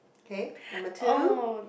okay number two